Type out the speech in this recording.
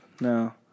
No